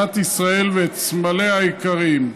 מדינת ישראל ואת סמליה העיקריים".